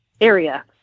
area